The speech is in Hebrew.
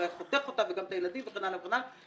אולי חותך אותה וגם את הילדים וכן הלאה וכן הלאה.